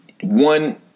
one